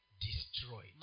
destroyed